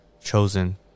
chosen